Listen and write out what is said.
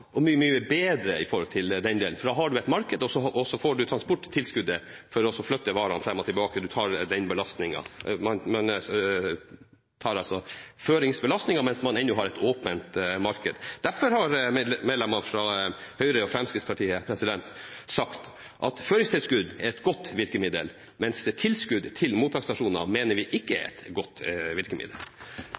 og mye bedre når det gjelder den delen. Da har du et marked, og så får du transporttilskuddet for å flytte varene fram og tilbake. Man tar altså føringsbelastningen mens man ennå har et åpent marked. Derfor har medlemmene fra Høyre og Fremskrittspartiet sagt at føringstilskudd er et godt virkemiddel, mens tilskudd til mottaksstasjoner mener vi ikke er et godt virkemiddel.